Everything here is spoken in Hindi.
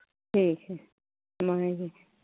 ठीक है हम आएंगे